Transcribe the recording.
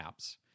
apps